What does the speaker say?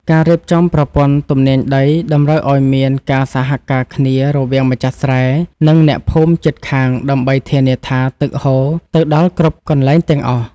ការរៀបចំប្រព័ន្ធទំនាញដីតម្រូវឱ្យមានការសហការគ្នារវាងម្ចាស់ស្រែ និងអ្នកភូមិជិតខាងដើម្បីធានាថាទឹកហូរទៅដល់គ្រប់កន្លែងទាំងអស់។